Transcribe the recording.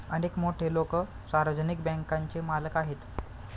अनेक मोठे लोकं सार्वजनिक बँकांचे मालक आहेत